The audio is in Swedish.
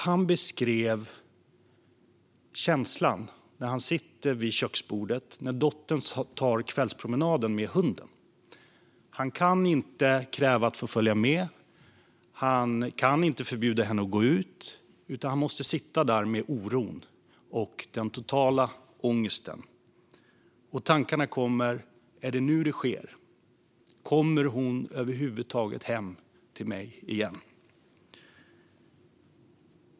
Han beskrev känslan när han sitter vid köksbordet och dottern tar kvällspromenaden med hunden. Han kan inte kräva att få följa med och kan inte förbjuda henne att gå ut, utan han måste sitta där med oron och den totala ångesten. Och tankarna kommer: Är det nu det sker? Kommer hon över huvud taget hem till mig igen?